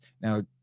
Now